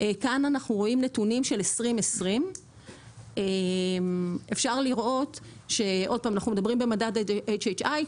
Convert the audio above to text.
כאן אנחנו רואים נתונים של 2020. אנחנו מדברים במדד HHI,